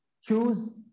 choose